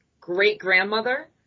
great-grandmother